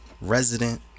Resident